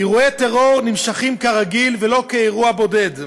אירועי הטרור נמשכים כרגיל, ולא כאירוע בודד,